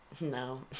No